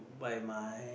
by my